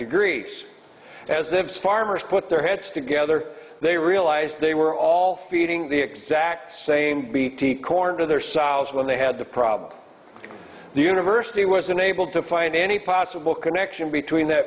degrees as if farmers put their heads together they realized they were all feeding the exact same bt corn to their silos when they had the problem the university was unable to find any possible connection between the